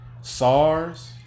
SARS